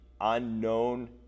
unknown